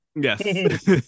Yes